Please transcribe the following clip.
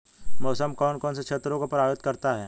मौसम कौन कौन से क्षेत्रों को प्रभावित करता है?